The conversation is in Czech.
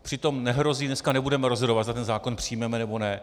Přitom nehrozí, dneska nebudeme rozhodovat, zda ten zákon přijmeme, nebo ne.